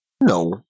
No